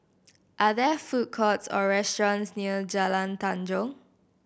are there food courts or restaurants near Jalan Tanjong